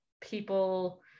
people